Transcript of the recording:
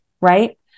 right